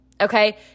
okay